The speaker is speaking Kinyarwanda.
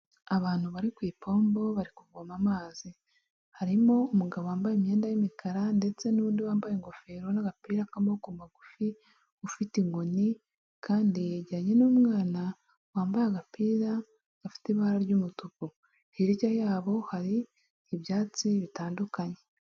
Abantu bari ku ipombo bari kuvoma amazi, harimo umugabo wambaye imyenda y'imikara ndetse n'undi wambaye ingofero n'agapira k'amaboko magufi ufite inkoni kandi yejyeranye n'umwana wambaye agapira gafite ibara ry'umutuku, hirya yabo hari ibyatsi bitandukanye.